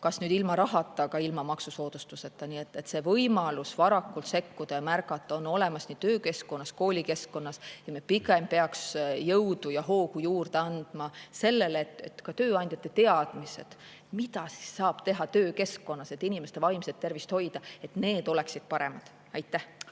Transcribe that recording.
kas nüüd ilma rahata, aga ilma maksusoodustuseta. See võimalus varakult sekkuda ja märgata on olemas nii töökeskkonnas kui ka koolikeskkonnas ja me pigem peaksime jõudu ja hoogu juurde andma sellele, et ka tööandjate teadmised sellest, mida saab teha töökeskkonnas, et inimeste vaimset tervist hoida, oleksid paremad. Andre